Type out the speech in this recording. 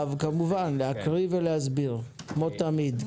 כמובן, להקריא ולהסביר, כמו תמיד.